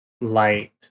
light